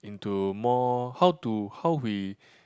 into more how to how we